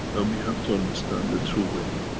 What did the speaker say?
and we have to understand the true way.